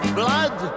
blood